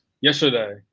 yesterday –